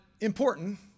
important